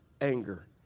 anger